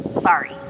Sorry